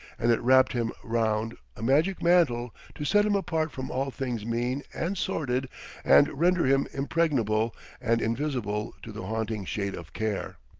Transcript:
and it wrapped him round, a magic mantle to set him apart from all things mean and sordid and render him impregnable and invisible to the haunting shade of care.